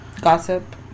Gossip